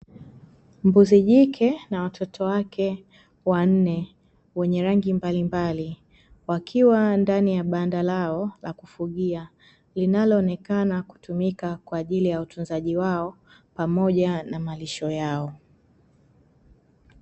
Mbuzi jike na watoto wake wanne, wenye rangi mbalimbali, wakiwa ndani ya banda lao la kufugia , linaloonekana kutumika kwaajili ya utunzaji wao, pamoja na malisho yao.